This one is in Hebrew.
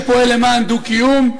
שפועל למען דו-קיום,